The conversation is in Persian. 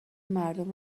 مردم